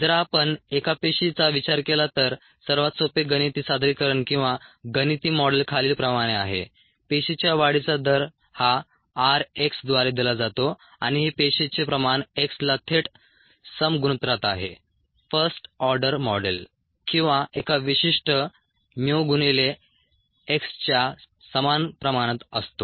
जर आपण एका पेशीचा विचार केला तर सर्वात सोपे गणिती सादरीकरण किंवा गणिती मॉडेल खालीलप्रमाणे आहे पेशीच्या वाढीचा दर हा rx द्वारे दिला जातो आणि हे पेशीचे प्रमाण x ला थेट समगुणोत्तरात आहे फर्स्ट ऑर्डर मॉडेल किंवा एका विशिष्ट mu गुणिले x च्या समान प्रमाणात असतो